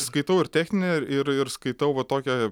skaitau ir techninę ir ir skaitau va tokią